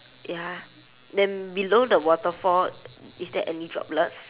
ya then below the waterfall is there any droplets